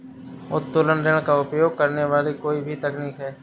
उत्तोलन ऋण का उपयोग करने वाली कोई भी तकनीक है